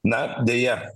na deja